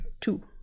two